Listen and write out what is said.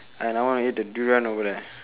and I wanna eat the durian over there